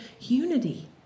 unity